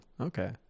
Okay